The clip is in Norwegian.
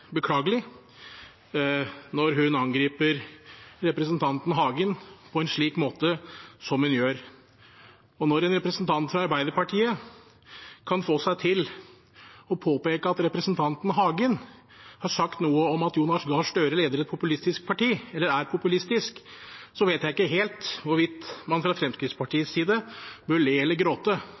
beklagelig når hun angriper representanten Hagen på en slik måte som hun gjør. Når en representant fra Arbeiderpartiet kan få seg til å påpeke at representanten Hagen har sagt noe om at Jonas Gahr Støre leder et populistisk parti eller er populistisk, vet jeg ikke helt hvorvidt man fra Fremskrittspartiets side bør le eller gråte.